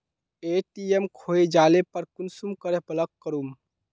ATM खोये जाले पर कुंसम करे ब्लॉक करूम?